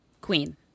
Queen